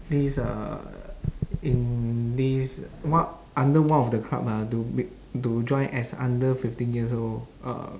this uh in this what under one of the club ah to be to join as under fifteen years old uh